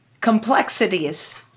complexities